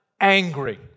angry